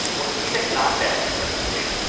or even not that interested in,